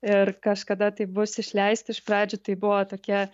ir kažkada taip bus išleisti iš pradžių tai buvo tokia